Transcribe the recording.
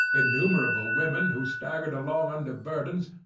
innumerable women who staggered along under burdens,